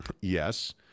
Yes